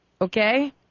Okay